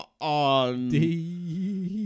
on